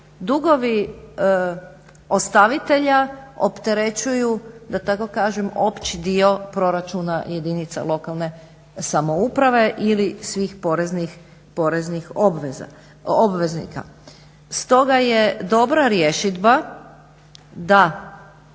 dugovi ostavitelja opterećuju da tako kažem opći dio proračuna jedinica lokalne samouprave ili svih poreznih obveznika. Stoga je dobra rješidba da